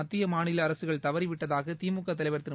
மத்திய மாநில அரசுகள் தவறிவிட்டதாக திமுக தலைவர் திரு